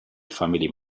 family